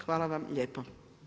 Hvala vam lijepo.